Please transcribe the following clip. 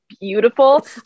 beautiful